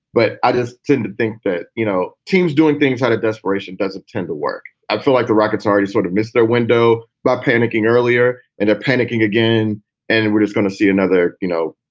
but i just tend to think that, you know, teams doing things out of desperation doesn't tend to work. i feel like the rockets already sort of missed their window by panicking earlier and they're panicking again and we're just gonna see another, you know,